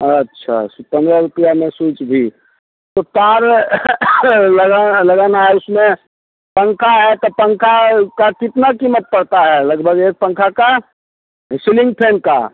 अच्छा सो पन्द्रह रुपया में स्विच भी तो तार लगाना लगाना है उसमें पंखा है तो पंखा का कितना कीमत पड़ता है लगभग एक पंखा का सिमिंग फैन का